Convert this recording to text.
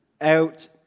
out